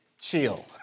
Chill